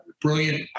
brilliant